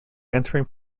entering